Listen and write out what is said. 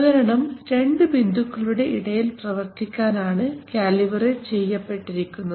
ഉപകരണം രണ്ട് ബിന്ദുക്കളുടെ ഇടയിൽ പ്രവർത്തിക്കാനാണ് കാലിബറേറ്റ് ചെയ്യപ്പെട്ടിരിക്കുന്നത്